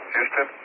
Houston